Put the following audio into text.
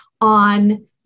on